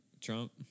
Trump